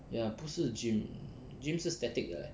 ya 不是 gym gym 是 static 的 leh